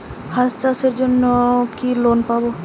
হাঁস চাষের জন্য কি লোন পাব?